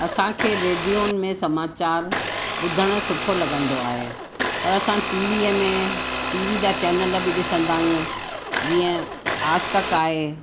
असांखे रेडियुनि में समाचार ॿुधणु सुठो लॻंदो आहे पर असां टीवीअ में टीवी जा चैनल बि ॾिसंदा आहियूं जीअं आज तक आहे